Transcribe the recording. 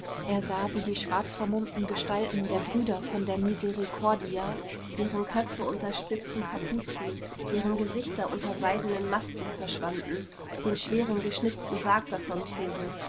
er sah wie die schwarzvermummten gestalten der brüder von der misericordia deren köpfe unter spitzen kapuzen deren gesichter unter seidenen masken verschwanden den schweren geschnitzten sarg